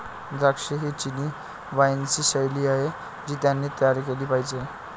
द्राक्षे ही चिनी वाइनची शैली आहे जी त्यांनी तयार केली पाहिजे